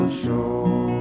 show